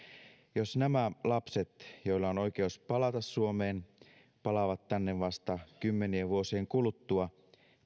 jos nämä lapset joilla on oikeus palata suomeen palaavat tänne vasta kymmenien vuosien kuluttua